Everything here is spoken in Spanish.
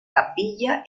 capilla